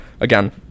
again